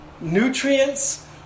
nutrients